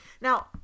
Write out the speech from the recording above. Now